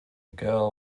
girl